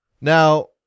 Now